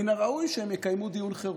מן הראוי שהם יקיימו דיון חירום.